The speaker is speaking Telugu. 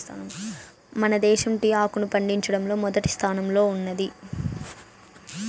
మన దేశం టీ ఆకును పండించడంలో మొదటి స్థానంలో ఉన్నాది